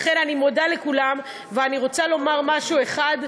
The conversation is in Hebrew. לכן אני מודה לכולם, ואני רוצה לומר משהו אחד: